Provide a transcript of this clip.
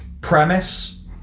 premise